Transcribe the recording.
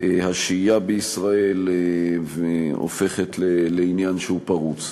השהייה בישראל הופכת לעניין שהוא פרוץ.